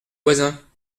voisins